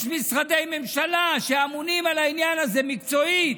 יש משרדי ממשלה שאמונים על העניין הזה מקצועית,